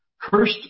Cursed